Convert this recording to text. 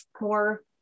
more